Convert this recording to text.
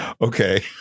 Okay